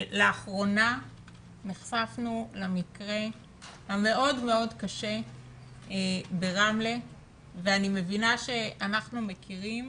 לאחרונה נחשפנו למקרה המאוד מאוד קשה ברמלה ואני מבינה שאנחנו מכירים